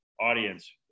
audience